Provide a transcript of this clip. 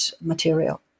material